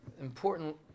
important